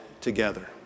together